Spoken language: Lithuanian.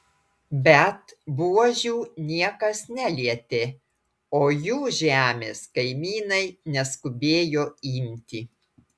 bet buožių niekas nelietė o jų žemės kaimynai neskubėjo imti